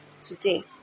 today